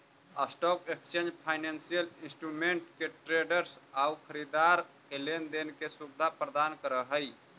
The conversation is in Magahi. स्टॉक एक्सचेंज फाइनेंसियल इंस्ट्रूमेंट के ट्रेडर्स आउ खरीदार के लेन देन के सुविधा प्रदान करऽ हइ